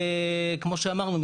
כמו שאמרנו,